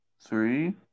Three